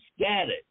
scattered